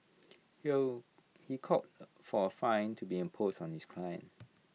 he called for A fine to be impose on his client